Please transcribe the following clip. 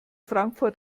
frankfurt